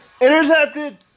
Intercepted